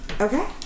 Okay